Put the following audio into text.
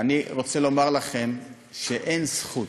אני רוצה לומר לכם שאין זכות,